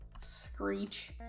Screech